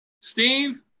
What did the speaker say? Steve